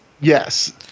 Yes